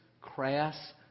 crass